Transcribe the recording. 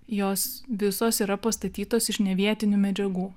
jos visos yra pastatytos iš nevietinių medžiagų